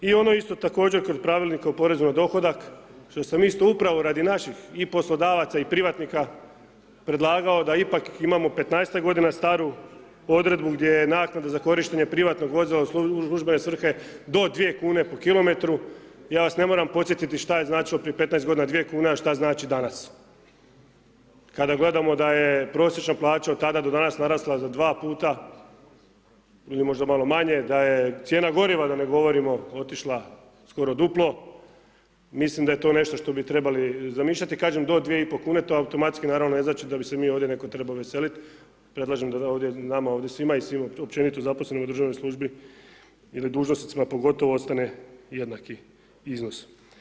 I ono isto također kod Pravilnika o porezu na dohodak što sam isto upravo radi naših i poslodavaca i privatnika da ipak imamo 15-tak godina staru odredbu gdje je naknada za korištenje privatnog vozila u službene svrhe do 2 kn po km, ja vas ne moram podsjetiti šta je značilo prije 15 godina 2 kn a šta znači danas, kada gledamo da je prosječna plaća od tada do danas narasla za 2 puta ili možda malo manje da je cijena goriva da ne govorimo otišla skoro duplo, mislim da je to nešto što bi trebali zamišljati, kažem do 2,5 kune to automatski naravno ne znači da bi se mi ovdje neki trebali veselit, predlažem da ovdje nama ovdje svima i svima općenito zaposlenima u državnoj službi ili dužnosnicima pogotovo ostane jednaki iznos.